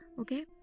okay